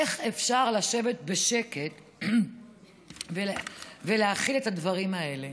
איך אפשר לשבת בשקט ולהכיל את הדברים האלה?